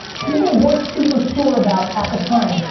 people weren't super sure about at the time,